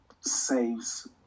saves